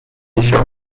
édition